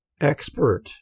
expert